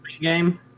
game